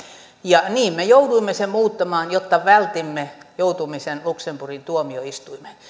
ja niin me jouduimme sen muuttamaan jotta vältimme joutumisen luxemburgin tuomioistuimeen